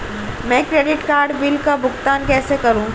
मैं credit card bill का भुगतान कैसे करूं?